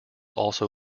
also